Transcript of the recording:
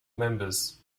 members